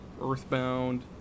Earthbound